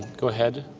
go ahead,